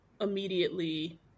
immediately